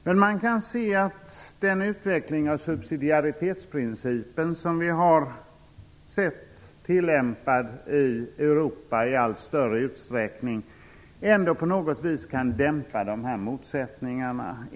Men den utveckling av subsidiaritetsprincipen som vi har sett tillämpad i Europa i allt större utsträckning kan ändå på något vis dämpa dessa motsättningar.